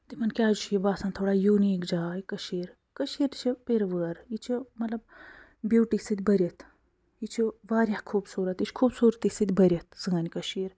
تِمَن کیٛازِ چھُ یہِ باسان تھوڑا یوٗنیٖک جاے کٔشیٖر کٔشیٖر چھِ پِروٲر یہِ چھِ مطلب بیوٗٹی سۭتۍ بٔرِتھ یہِ چھِ واریاہ خوٗبصوٗرَت یہِ چھِ خوٗبصوٗرتی سۭتۍ بٔرِتھ سٲنۍ کٔشیٖر